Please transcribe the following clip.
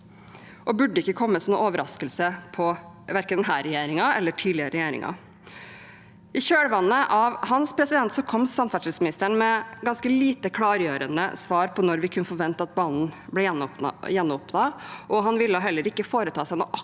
og burde ikke komme som noen overraskelse på verken denne regjeringen eller tidligere regjeringer. I kjølvannet av «Hans» kom samferdselsministeren med ganske lite klargjørende svar på når vi kunne forvente at banen ble gjenåpnet. Han ville heller ikke foreta seg noe aktivt